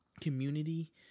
community